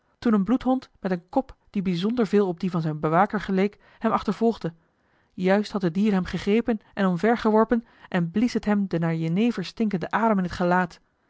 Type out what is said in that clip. toen een bloedhond met een kop die bijzonder veel op dien van zijn bewaker geleek hem achtervolgde juist had het dier hem gegrepen en omvergeworpen en blies het hem den naar jenever stinkenden adem in het gelaat